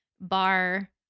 bar